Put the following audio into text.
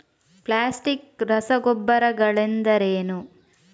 Plastic ರಸಗೊಬ್ಬರಗಳೆಂದರೇನು?